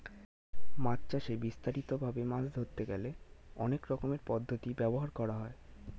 মাছ চাষে বিস্তারিত ভাবে মাছ ধরতে গেলে অনেক রকমের পদ্ধতি ব্যবহার করা হয়